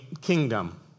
kingdom